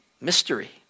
mystery